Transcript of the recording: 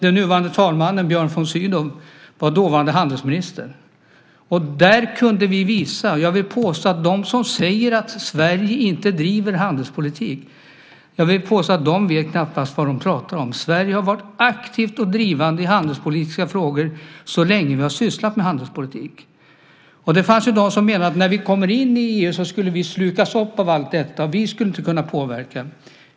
Den nuvarande talmannen Björn von Sydow var då handelsminister. Jag vill påstå att de som säger att Sverige inte driver handelspolitik knappast vet vad de pratar om. Sverige har varit aktivt och drivande i handelspolitiska frågor så länge vi har sysslat med handelspolitik. Det fanns de som menade att när vi kom in i EU skulle vi slukas upp av allt detta och inte kunna påverka.